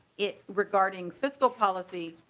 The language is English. it regarding fiscal policy